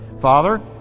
Father